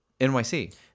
NYC